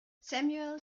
samuel